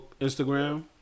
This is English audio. Instagram